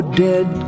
dead